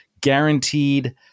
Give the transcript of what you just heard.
Guaranteed